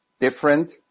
different